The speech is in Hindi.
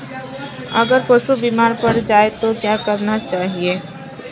अगर पशु बीमार पड़ जाय तो क्या करना चाहिए?